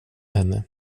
henne